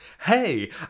hey